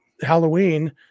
Halloween